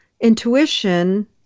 intuition